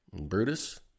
Brutus